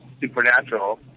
supernatural